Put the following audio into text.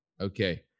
Okay